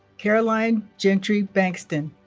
caroline gentry bankston